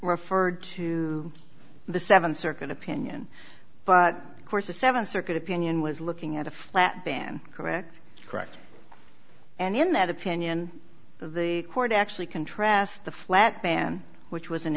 referred to the seventh circuit opinion but of course the seventh circuit opinion was looking at a flat ban correct correct and in that opinion of the court actually contrast the flat ban which was